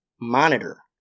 monitor